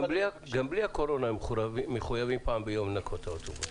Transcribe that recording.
גם בלי הקורונה הם מחויבים פעם ביום לנקות את האוטובוס.